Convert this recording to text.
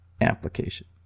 application